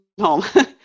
home